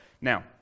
Now